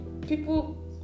people